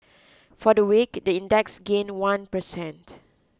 for the week the index gained one per cent